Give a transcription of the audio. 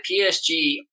PSG